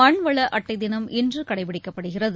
மண் வள அட்டைதினம் இன்று கடைபிடிக்கப்படுகிறது